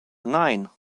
nine